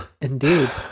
Indeed